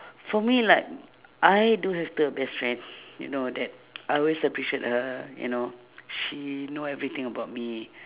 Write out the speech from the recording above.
for me like I do have the best friend you know that I always appreciate her you know she know everything about me